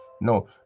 No